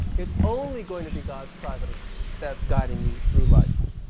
it's only going to be god's providence that's guiding you through life.